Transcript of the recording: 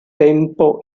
tempo